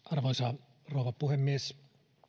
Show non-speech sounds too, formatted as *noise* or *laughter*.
*unintelligible* arvoisa rouva puhemies